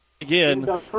again